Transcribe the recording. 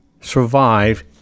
survive